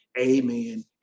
Amen